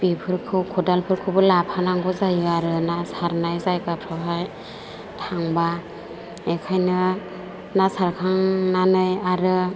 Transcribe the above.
बेफोरखौ खदालफोरखौबो लाफानांगौ जायो आरो ना सारनाय जायगाफ्रावहाय थांबा बेनिखायनो ना सारखांनानै आरो